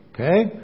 Okay